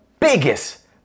Biggest